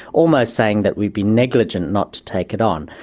almost saying that we'd be negligent not to take it on.